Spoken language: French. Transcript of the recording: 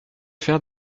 faire